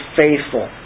faithful